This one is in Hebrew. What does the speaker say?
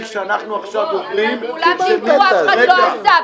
שאנחנו עוברים -- אבל --- ואף אחד לא עשה.